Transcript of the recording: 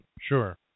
Sure